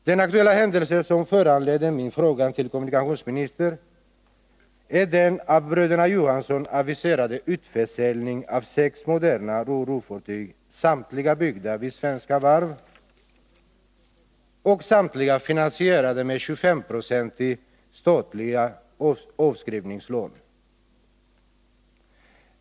Den aktuella händelse som föranledde min fråga till kommunikationsministern är den av bröderna Johansson aviserade utförsäljningen av sex moderna ro-ro-fartyg, samtliga byggda vid svenska varv och finansierade med 25-procentiga statliga avskrivningslån.